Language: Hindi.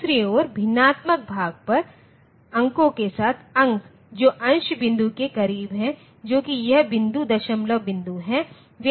दूसरी ओर भिन्नात्मक भाग पर अंकों के साथ अंक जो अंश बिंदु के करीब हैं जो कि यह बिंदु दशमलव बिंदु है वे अधिक महत्वपूर्ण हैं